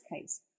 case